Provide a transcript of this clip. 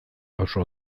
pausu